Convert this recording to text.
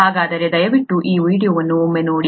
ಹಾಗಾದರೆ ದಯವಿಟ್ಟು ಈ ವಿಡಿಯೋವನ್ನು ಒಮ್ಮೆ ನೋಡಿ